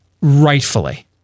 rightfully